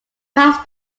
passed